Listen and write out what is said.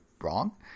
wrong